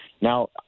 Now